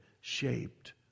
shaped